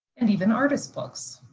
and even artists' books.